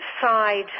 side